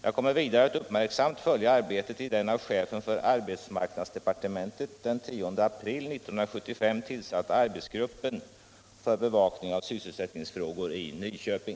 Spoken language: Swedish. Jag kommer vidare att uppmärksamt följa arbetet i den av chefen för arbetsmarknadsdepartementet den 10 april 1975 tillsatta arbetsgruppen för bevakning av sysselsättningsfrågor i Nyköping.